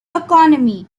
economy